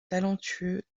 talentueux